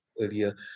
earlier